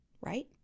right